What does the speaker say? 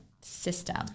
system